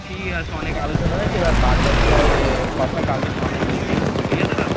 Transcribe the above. ঠিক আছে অনেক আলোচনা হয়েছে এবার বাদবাকি যা কথা কালকে সামনাসামনি গিয়ে বলছি ঠিক আছে দা